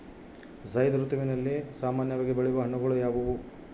ಝೈಧ್ ಋತುವಿನಲ್ಲಿ ಸಾಮಾನ್ಯವಾಗಿ ಬೆಳೆಯುವ ಹಣ್ಣುಗಳು ಯಾವುವು?